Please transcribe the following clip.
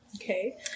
Okay